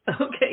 Okay